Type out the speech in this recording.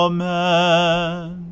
Amen